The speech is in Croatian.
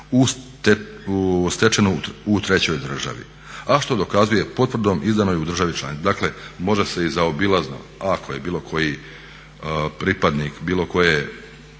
stečenu u trećoj državi, a što dokazuje potvrdom izdanoj u državi članici. Dakle može se i zaobilazno ako je bilo koji pripadnik bilo koje